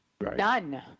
None